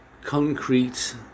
concrete